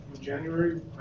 January